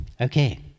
Okay